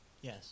Yes